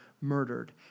murdered